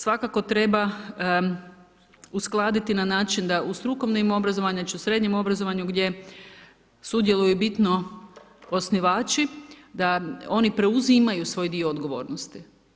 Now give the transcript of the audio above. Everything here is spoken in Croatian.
Svakako treba uskladiti na način da u strukovnim obrazovanja, znači u srednjem obrazovanju, gdje sudjeluju bitno osnivači, da oni preuzimaju svoj dio odgovornosti.